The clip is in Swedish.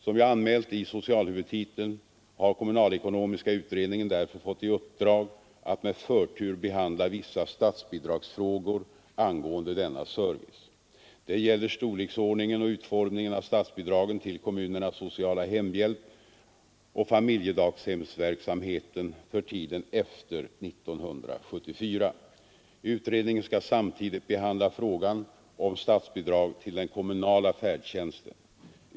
Som jag anmält i socialhuvudtiteln har kommunalekonomiska utredningen därför fått i uppdrag att med förtur behandla vissa statsbidragsfrågor angående denna service. Det gäller storleken och utformningen av statsbidragen till kommunernas sociala hemhjälp och familjedaghemsverksamhet för tiden efter 1974. Utredningen skall samtidigt behandla frågan om statsbidrag till den kommunala färdtjänsten.